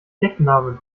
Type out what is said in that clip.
decknamen